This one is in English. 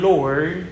Lord